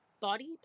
body